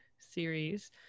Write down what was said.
series